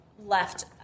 left